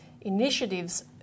initiatives